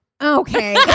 okay